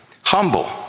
humble